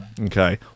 Okay